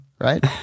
right